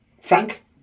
Frank